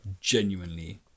genuinely